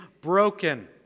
broken